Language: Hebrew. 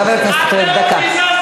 ואחר כך אתם מצפים לקבל תמיכה.